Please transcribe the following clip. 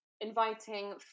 inviting